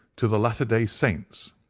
to the latter day saints,